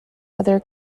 other